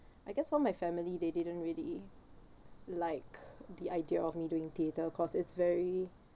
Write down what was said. I guess for my family they didn't really like the idea of me doing theatre cause it's very